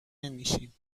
نمیشیم